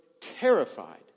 terrified